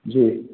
जी